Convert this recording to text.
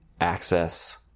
access